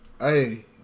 Hey